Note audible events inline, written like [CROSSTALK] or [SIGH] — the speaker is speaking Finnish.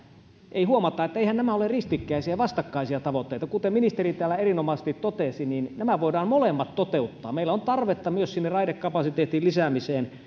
ei huomata että eiväthän nämä ole ristikkäisiä vastakkaisia tavoitteita kuten ministeri täällä erinomaisesti totesi niin nämä molemmat voidaan toteuttaa meillä on tarvetta myös raidekapasiteetin lisäämiseen [UNINTELLIGIBLE]